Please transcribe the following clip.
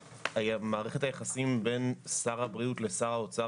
במערכת היחסים בין שר הבריאות לשר האוצר